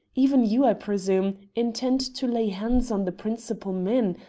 even you, i presume, intend to lay hands on the principal men.